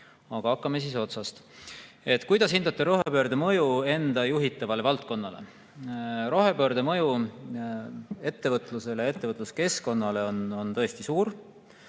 Aga hakkame siis otsast peale."Kuidas hindate rohepöörde mõju enda juhitavale valdkonnale?" Rohepöörde mõju ettevõtlusele ja ettevõtluskeskkonnale on tõesti suur.